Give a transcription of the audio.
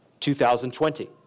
2020